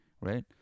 Right